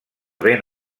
ben